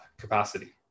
capacity